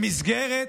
במסגרת